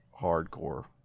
hardcore